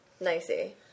Nicey